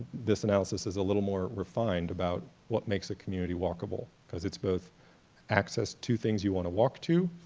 this analysis is a little more refined about what makes a community walkable because it's both access to things you want to walk to,